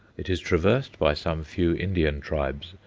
it is traversed by some few indian tribes,